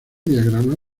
diagrama